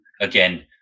again